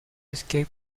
escape